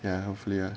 ya hopefully